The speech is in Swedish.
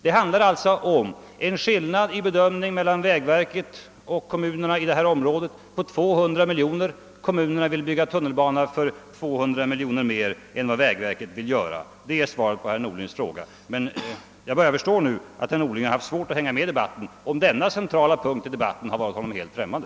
Det handlar alltså om en skillnad i bedömningen mellan vägverket och kommunerna i detta område på 200 miljoner kronor; kommunerna vill bygga tunnelbanor för 200 miljoner kronor mer än vad vägverket vill göra. Det är svaret på herr Norlings fråga. Jag börjar förstå nu att herr Norling haft svårt att hänga med 1 debatten, om denna centrala punkt i debatten varit honom främmande.